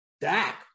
Dak